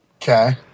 Okay